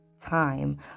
time